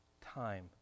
time